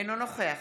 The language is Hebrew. אינו נוכח